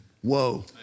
whoa